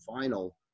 final –